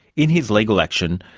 in his legal action,